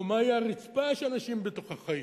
או מהי הרצפה שאנשים בתוכה חיים?